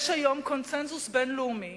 יש היום קונסנזוס בין-לאומי